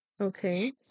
Okay